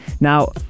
now